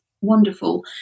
wonderful